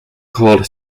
called